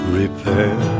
repair